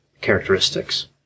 characteristics